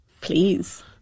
please